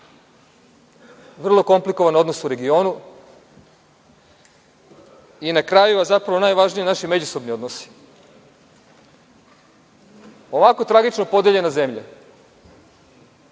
vrlo komplikovan odnos u regionu i na kraju, a zapravo najvažnije, naši međusobni odnosi. Ovako tragično podeljena zemlja,